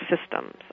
systems